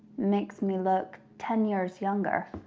makes me look ten years younger,